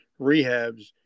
rehabs